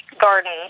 garden